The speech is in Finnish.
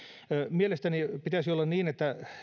mielestäni pitäisi olla niin että